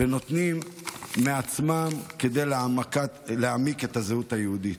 ונותנים מעצמם כדי להעמיק את הזהות היהודית.